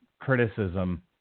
criticism